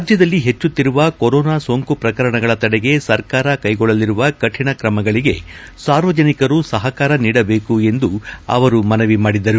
ರಾಜ್ಯದಲ್ಲಿ ಹೆಚ್ಚುತ್ತಿರುವ ಕೊರೊನಾ ಸೋಂಕು ಪ್ರಕರಣಗಳ ತಡೆಗೆ ಸರ್ಕಾರ ಕ್ಲೆಗೊಳ್ಳಲಿರುವ ಕಾಣ ಕ್ರಮಗಳಿಗೆ ಸಾರ್ವಜನಿಕರು ಸಹಕಾರ ನೀಡಬೇಕು ಎಂದು ಅವರು ಮನವಿ ಮಾಡಿದರು